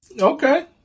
okay